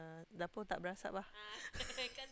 dapur tak berasap ah